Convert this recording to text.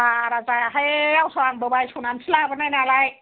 बारा जाया हाय आवसाव आंबो बायस'नानैसो लाबोनाय नालाय